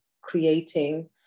creating